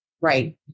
Right